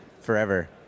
forever